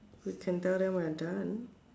we can tell them we are done